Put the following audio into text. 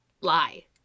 lie